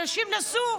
אנשים נסעו,